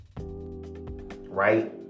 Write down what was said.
right